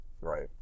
right